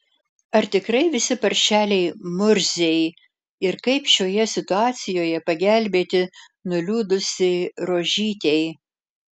ar tikrai visi paršeliai murziai ir kaip šioje situacijoje pagelbėti nuliūdusiai rožytei